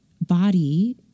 body